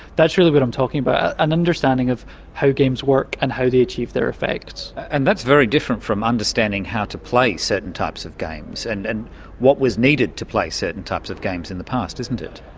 really what i'm talking about, an understanding of how games work and how they achieve their effects. and that's very different from understanding how to play certain types of games, and and what was needed to play certain types of games in the past, isn't it.